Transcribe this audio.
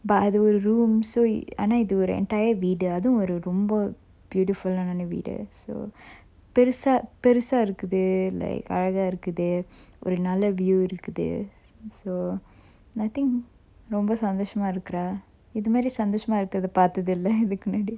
but அது ஒரு:athu oru room so ஆனா இது ஒரு:aana ithu oru entire வீடு அதுவும் ஒரு ரொம்ப:veedu athuvum oru romba beautiful ஆன வீடு:aana veedu so பெருசா பெருசா இருக்குது:perusa perusa irukkuthu like அழகா இருக்குது ஒரு நல்ல:alaka irukkuthu oru nalla view இருக்குது:irukkuthu so I think ரொம்ப சந்தோசமா இருக்குறா இது மாறி சந்தோசமா இருக்குறத பாத்தது இல்ல இதுக்கு முன்னாட:romba santhosama irukkura ithu mari santhosama irukkuratha pathathu illa ithukku munnadi